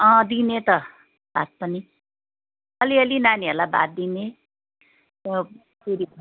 अँ दिने त भात पनि अलि अलि नानीहरूलाई भात दिने पुरी खाने